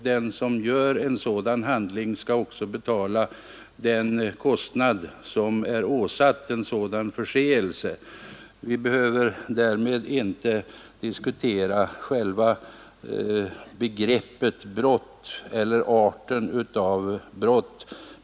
Den som begår en sådan handling skall också betala det belopp som är åsatt en sådan förseelse. Vi behöver därmed inte diskutera själva begreppet brott eller arten av brott.